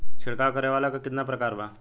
छिड़काव करे वाली क कितना प्रकार बा?